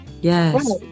Yes